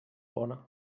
bona